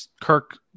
Kirk